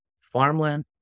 Farmland